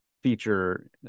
feature